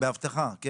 אני